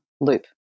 loop